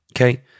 Okay